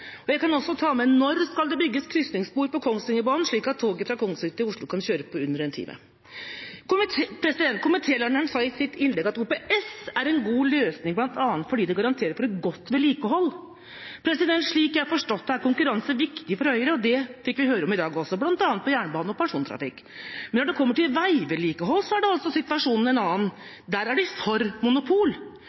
Jeg kan også ta med: Når skal det bygges krysningsspor på Kongsvingerbanen, slik at toget fra Kongsvinger til Oslo kan kjøre på under en time? Komitélederen sa i sitt innlegg at OPS er en god løsning bl.a. fordi det garanterer for godt vedlikehold. Slik jeg har forstått det, er konkurranse viktig for Høyre. Det fikk vi høre om i dag også, bl.a. når det gjelder jernbane og persontrafikk. Men når det kommer til veivedlikehold, er altså situasjonen en annen – der er man for monopol.